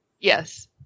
Yes